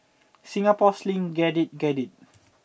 Singapore Sling get it get it